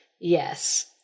yes